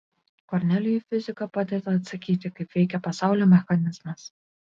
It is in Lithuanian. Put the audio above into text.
kornelijui fizika padeda atsakyti kaip veikia pasaulio mechanizmas